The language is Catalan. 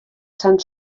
sant